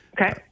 Okay